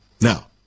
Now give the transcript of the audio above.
Now